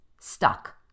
stuck